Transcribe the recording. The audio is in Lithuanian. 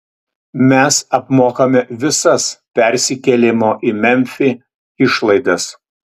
mes apmokame visas persikėlimo į memfį išlaidas